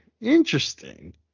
Interesting